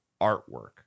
artwork